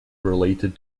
related